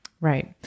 Right